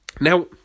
Now